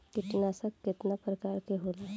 कीटनाशक केतना प्रकार के होला?